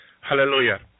Hallelujah